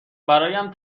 برایم